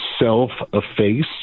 self-efface